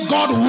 God